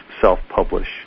self-publish